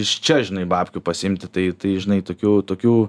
iš čia žinai bapkių pasiimti tai tai žinai tokių tokių